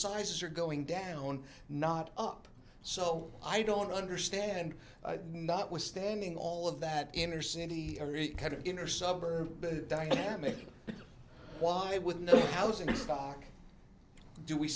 sizes are going down not up so i don't understand not withstanding all of that inner city every kind of inner suburb dynamic why with no housing stock do we